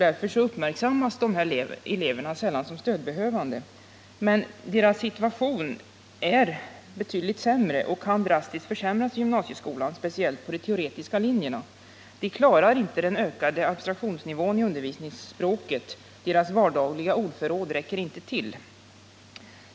Därför uppmärksammas dessa elever sällan som stödbehövande. Men deras situation är betydligt sämre än den kan förefalla och kan drastiskt försämras i gymnasieskolan, speciellt på de teoretiska linjerna. De klarar inte den ökade abstraktionsnivån i undervisningsspråket. Deras vardagliga ordförråd räcker inte till.